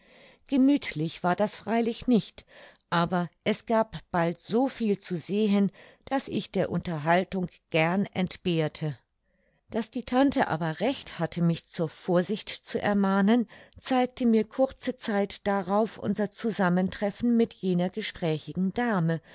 gemüthlich war das freilich nicht aber es gab bald so viel zu sehen daß ich der unterhaltung gern entbehrte daß die tante aber recht hatte mich zur vorsicht zu ermahnen zeigte mir kurze zeit darauf unser zusammentreffen mit jener gesprächigen dame